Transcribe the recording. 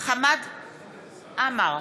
חמד עמאר,